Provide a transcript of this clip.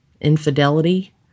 infidelity